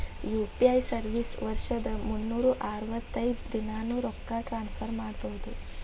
UPI service ವರ್ಷದ್ ಮುನ್ನೂರ್ ಅರವತ್ತೈದ ದಿನಾನೂ ರೊಕ್ಕ ಟ್ರಾನ್ಸ್ಫರ್ ಮಾಡ್ಬಹುದು